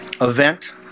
event